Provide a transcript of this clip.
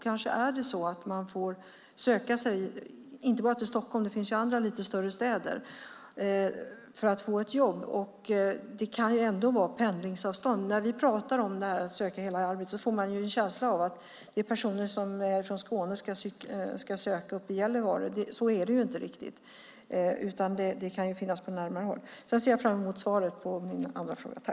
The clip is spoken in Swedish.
Kanske får man söka sig inte bara till Stockholm, det finns ju andra större städer, för att få ett jobb, men det kan ändå vara pendlingsavstånd. När vi pratar om att söka i hela landet kan man få en känsla av att personer från Skåne ska söka uppe i Gällivare. Så är det inte riktigt, utan det kan finnas jobb på närmare håll. Jag ser fram emot svaret på min andra fråga.